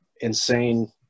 insane